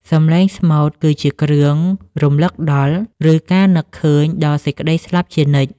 សំឡេងស្មូតគឺជាគ្រឿងរំលឹកដល់ ឬការនឹកឃើញដល់សេចក្ដីស្លាប់ជានិច្ច។